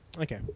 Okay